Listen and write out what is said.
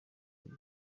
bya